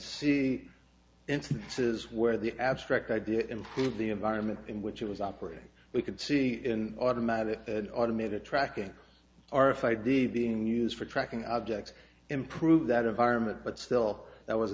see instances where the abstract idea improve the environment in which it was operating we could see in automatic automated tracking our fight the being used for tracking objects improve that environment but still that was